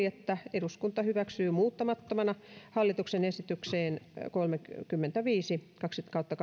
että eduskunta hyväksyy muuttamattomana hallituksen esitykseen kolmekymmentäviisi kautta